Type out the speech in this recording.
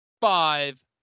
Five